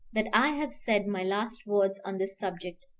that i have said my last words on this subject.